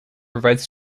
provides